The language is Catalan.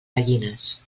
gallines